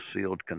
sealed